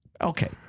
Okay